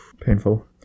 Painful